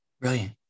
Brilliant